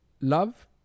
love